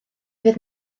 fydd